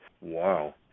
Wow